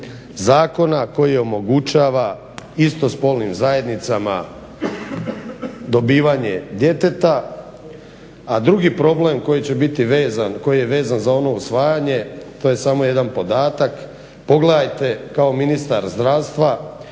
zakona koji omogućava istospolnim zajednicama dobivanje djeteta, a drugi problem koji je vezan za ono usvajanje to je samo jedan podatak, pogledajte kao ministar zdravstva